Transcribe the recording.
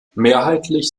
mehrheitlich